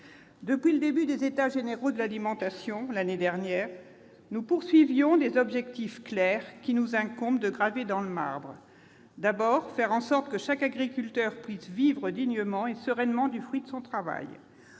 Depuis le début des États généraux de l'alimentation, l'année dernière, nous affirmons des objectifs clairs, qu'il nous incombe de graver dans le marbre : d'abord, faire en sorte que chaque agriculteur puisse vivre dignement et sereinement du fruit de son travail